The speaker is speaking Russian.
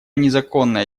незаконная